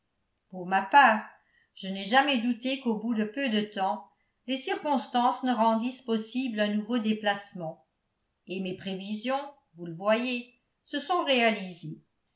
pour ma part je n'ai jamais douté qu'au bout de peu de temps les circonstances ne rendissent possible un nouveau déplacement et mes prévisions vous le voyez se sont réalisées